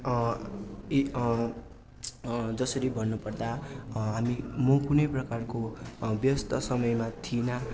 जसरी भन्नु पर्दा हामी म कुनै प्रकारको व्यस्त समयमा थिइनँ